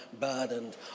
burdened